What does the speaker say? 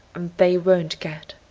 and they won't get.